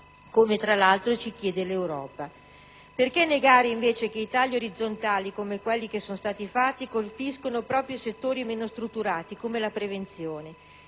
come tra l'altro ci chiede l'Europa. Perché negare, invece, che i tagli orizzontali, come quelli che sono stati fatti, colpiscono proprio i settori meno strutturati, come la prevenzione?